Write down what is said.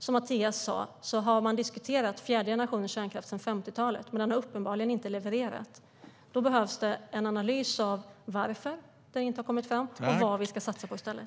Som Mattias sa har man diskuterat fjärde generationens kärnkraft sedan 50-talet, men den har uppenbarligen inte levererat. Då behövs det en analys av varför den inte har kommit fram och vad vi ska satsa på i stället.